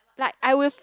like I with